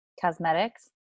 Cosmetics